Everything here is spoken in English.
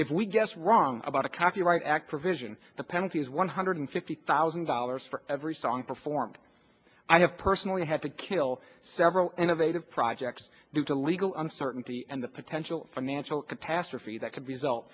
if we guessed wrong about the copyright act provision the penalty is one hundred fifty thousand dollars for every song performed i have personally had to kill several innovative projects due to legal uncertainty and the potential financial catastrophe that could